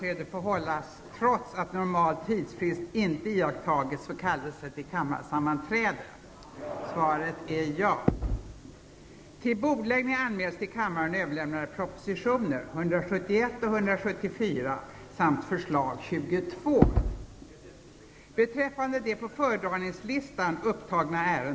Ärade kammarledamöter!